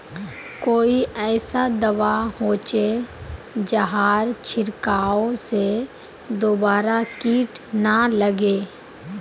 कोई ऐसा दवा होचे जहार छीरकाओ से दोबारा किट ना लगे?